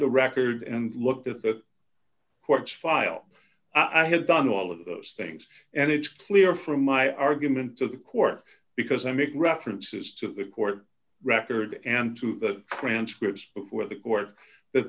other record and look at the court's file i have done all of those things and it's clear from my argument to the court because i make references to the court record and to the transcripts before the court that